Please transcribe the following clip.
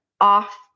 off